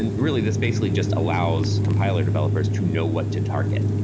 and really, this basically just allows compiler developers to know what to target.